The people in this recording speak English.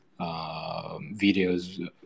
videos